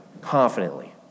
confidently